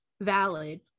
valid